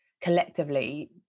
collectively